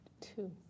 Two